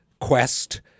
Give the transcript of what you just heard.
quest